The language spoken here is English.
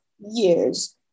years